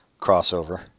crossover